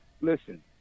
Listen